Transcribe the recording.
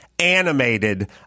animated